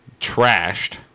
trashed